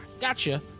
gotcha